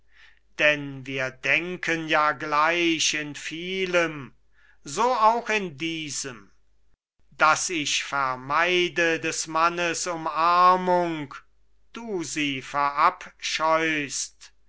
denn wir denken ja gleich in vielem so auch in diesem daß ich vermeide des mannes umarmung du sie verabscheust